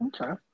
Okay